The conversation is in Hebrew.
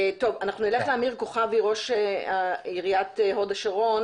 נלך לאמיר כוכבי ראש עירית הוד השרון.